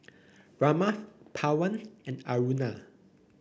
Ramnath Pawan and Aruna